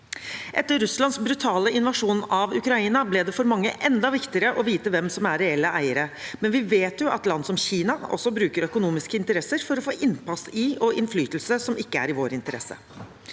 Etter Russlands brutale invasjon av Ukraina ble det for mange enda viktigere å vite hvem som er reelle eiere, men vi vet jo at land som Kina også bruker økonomiske interesser for å få innpass og innflytelse som ikke er i vår interesse.